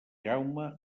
jaume